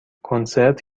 کنسرت